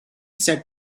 said